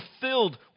filled